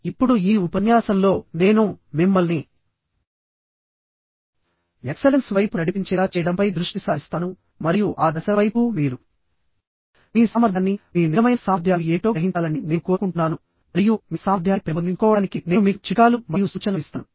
ఇప్పుడు ఈ ఉపన్యాసంలో నేను మిమ్మల్ని ఎక్సలెన్స్ వైపు నడిపించేలా చేయడంపై దృష్టి సారిస్తాను మరియు ఆ దశ వైపు మీరు మీ సామర్థ్యాన్ని మీ నిజమైన సామర్థ్యాలు ఏమిటో గ్రహించాలని నేను కోరుకుంటున్నాను మరియు మీ సామర్థ్యాన్ని పెంపొందించుకోవడానికి నేను మీకు చిట్కాలు మరియు సూచనలను ఇస్తాను